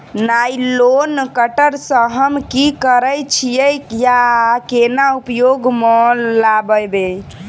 Nylon cutter सँ हम की करै छीयै आ केना उपयोग म लाबबै?